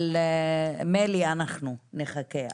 מילא אנחנו נחכה,